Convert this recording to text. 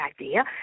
idea